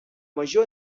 major